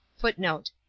footnote